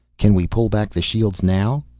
can we pull back the shields now?